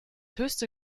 höchste